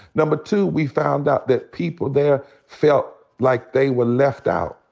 number two, we found out that people there felt like they were left out.